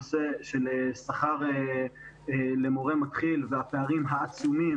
הנושא של שכר למורה מתחיל והפערים העצומים